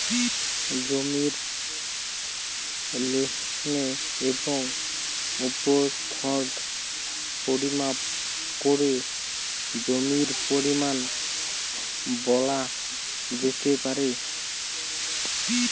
জমির লেন্থ এবং উইড্থ পরিমাপ করে জমির পরিমান বলা যেতে পারে